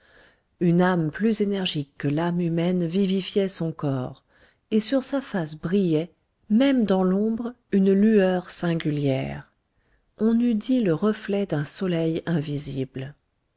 une âme plus énergique que l'âme humaine vivifiait son corps et sur sa face brillait même dans l'ombre une lueur singulière on eût dit le reflet d'un soleil invisible